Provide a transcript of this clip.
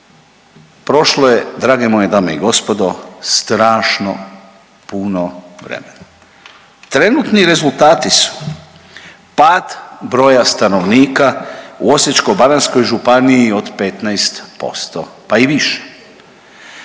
Prošlo je drage moje dame i gospodo strašno puno vremena. Trenutni rezultati su pad broja stanovnika u Osječko-baranjskoj županiji od 15% pa i više,